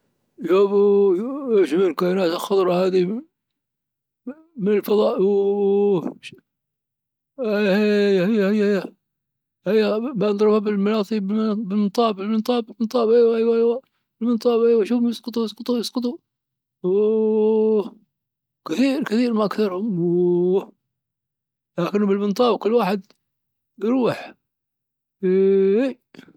يابوووي! ايش الكاينات الخضرا هذي من الفضا؟ اوووه ايييه عيا عيل بانضربها بالمناطيب بالمنطاب بالمنطاب ايوا ايوا بالمنطاب شوفوا يسقطوأ يسقطوا اووه كثير كثير ما اكثرهم لكنهم بالمنطاب كل واحد يروح.